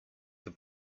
the